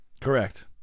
Correct